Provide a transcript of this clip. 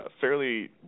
fairly